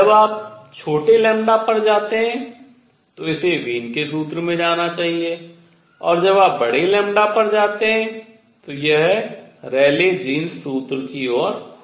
जब आप छोटे पर जाते हैं तो इसे वीन के सूत्र में जाना चाहिए और जब आप बड़े पर जाते हैं तो यह रेले जीन्स सूत्र की ओर होता है